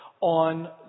on